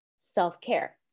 self-care